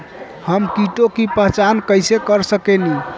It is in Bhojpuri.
हम कीटों की पहचान कईसे कर सकेनी?